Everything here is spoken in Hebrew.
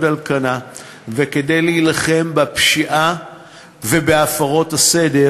על כנה וכדי להילחם בפשיעה ובהפרת הסדר